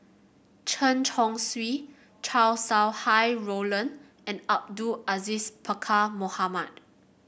Chen Chong Swee Chow Sau Hai Roland and Abdul Aziz Pakkeer Mohamed